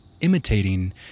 imitating